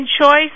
choice